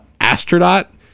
astronaut